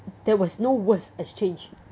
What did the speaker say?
there was no worse exchange